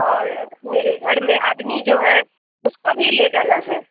और मेरे घर में आदमी जो है उसको भी ले जाना है